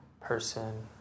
person